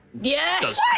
Yes